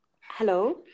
Hello